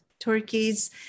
turkeys